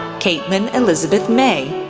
caitlyn elizabeth may,